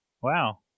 Wow